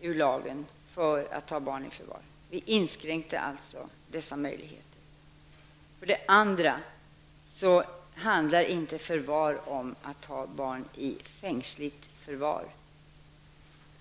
ur lagen för att ha barn i förvar. Vi inskränkte alltså möjligheterna härtill. För det andra handlar inte förvar av barn om att ta barn i fängsligt förvar.